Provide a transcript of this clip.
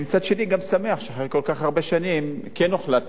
גם שמח שאחרי כל כך הרבה שנים כן הוחלט לתת להם.